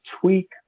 tweak